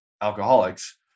alcoholics